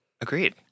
Agreed